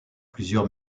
plusieurs